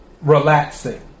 relaxing